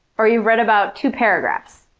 or you've read about two paragraphs.